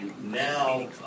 Now